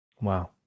wow